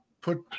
put